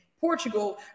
portugal